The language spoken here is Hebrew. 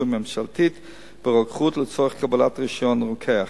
הממשלתית ברוקחות לצורך קבלת רשיון רוקח.